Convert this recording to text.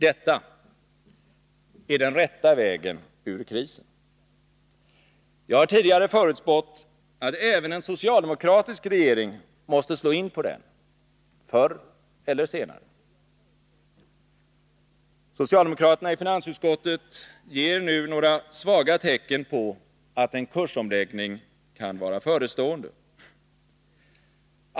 Detta är den rätta vägen ur krisen. Jag har tidigare förutspått att även en socialdemokratisk regering måste slå in på den förr eller senare. Socialdemokraterna i finansutskottet ger nu några svaga tecken på att en kursomläggning kan vara förestående.